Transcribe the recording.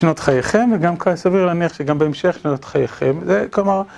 שנות חייכם, וגם קל סביר להניח שגם בהמשך שנות חייכם, זה כלומר...